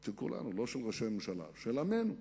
של כולנו, לא של ראשי ממשלה, של עמנו,